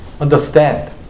understand